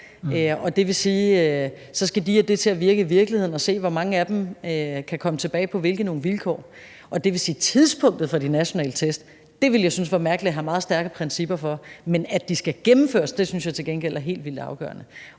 her, og så skal de have det til at virke i virkeligheden og se, hvor mange af dem der kan komme tilbage og på hvilke vilkår. Og det vil sige, at tidspunktet for de nationale test ville jeg synes var mærkeligt at have meget stærke principper for, men at de skal gennemføre, synes jeg til gengæld er helt vildt afgørende.